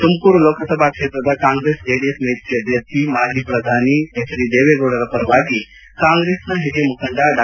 ತುಮಕೂರು ಲೋಕಸಭಾ ಕ್ಷೇತ್ರದ Congress JDS ಮೈತ್ರಿ ಅಭ್ಯರ್ಥಿ ಮಾಜಿ ಪ್ರಧಾನಿ ದೇವೇಗೌಡರ ಪರವಾಗಿ ಕಾಂಗ್ರೆಸ್ನ ಹಿರಿಯ ಮುಖಂಡ ಡಾ